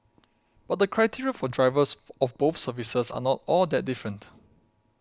but the criteria for drivers of both services are not all that different